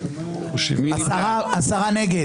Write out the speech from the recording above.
אושרו.